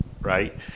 Right